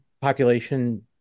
population